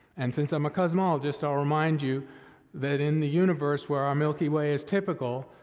and since i'm a cosmologist, i'll remind you that in the universe, where our milky way is typical,